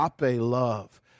love